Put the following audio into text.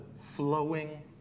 flowing